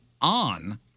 on